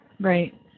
right